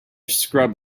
scrub